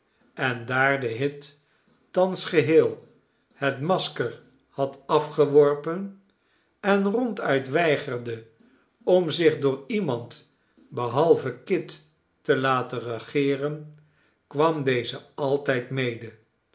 en daar de hit thans geheel het masker had afgeworpen en ronduit weigerde om zich door iemand behalve kit te laten regeeren kwam deze altijd mede